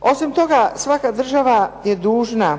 Osim toga, svaka država je dužna